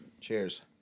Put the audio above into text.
Cheers